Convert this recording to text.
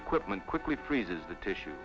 equipment quickly freezes the tissue